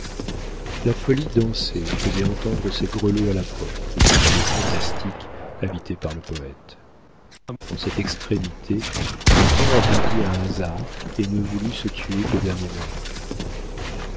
la folie dansait et faisait entendre ses grelots à la porte du palais fantastique habité par le poète en cette extrémité nathan attendit un hasard et ne voulut se tuer qu'au dernier moment